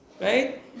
right